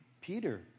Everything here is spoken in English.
Peter